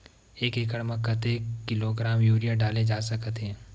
एक एकड़ म कतेक किलोग्राम यूरिया डाले जा सकत हे?